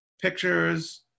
pictures